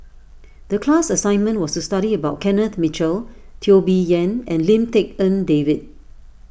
the class assignment was to study about Kenneth Mitchell Teo Bee Yen and Lim Tik En David